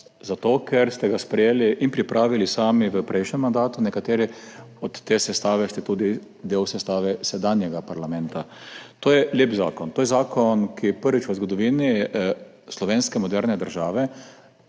zato ker ste ga sprejeli in pripravili sami v prejšnjem mandatu, nekateri od te sestave ste tudi del sestave sedanjega parlamenta. To je lep zakon. To je zakon, ki prvič v zgodovini moderne slovenske države